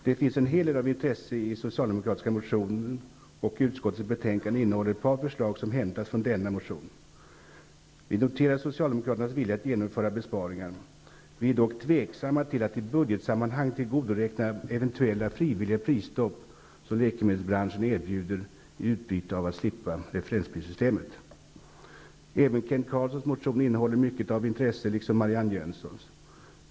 Det finns en hel del av intresse i socialdemokraternas motion, och utskottets betänkande innehåller ett par förslag som hämtats från denna motion. Vi noterar socialdemokraternas vilja att genomföra besparingar. Vi är dock tveksamma till att i budgetsammanhang räkna med eventuella frivilliga prisstopp som läkemedelsbranschen erbjuder i utbyte mot att slippa referensprissystemet. Även Kent Carlssons motion innehåller mycket av intresse, liksom Marianne Jönssons.